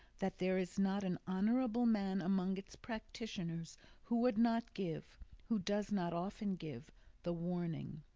that there is not an honourable man among its practitioners who would not give who does not often give the warning,